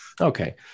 Okay